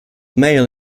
male